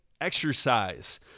exercise